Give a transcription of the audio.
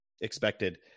expected